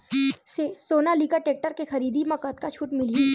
Sonalika tractor के खरीदी मा कतका छूट मीलही?